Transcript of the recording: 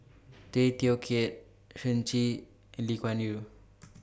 Tay Teow Kiat Shen Xi and Lee Kuan Yew